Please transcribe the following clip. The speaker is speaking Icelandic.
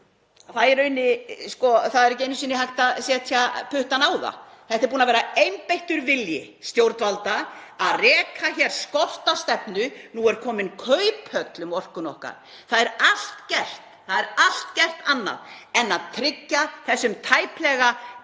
það er ekki einu sinni hægt að setja puttann á það. Það er búinn að vera einbeittur vilji stjórnvalda að reka hér skortstefnu. Nú er komin kauphöll um orkuna okkar. Það er allt gert, það er allt gert annað en að tryggja þessum tæplega —